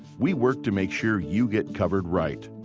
we work to make sure you get covered right.